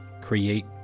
create